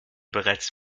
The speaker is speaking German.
bereits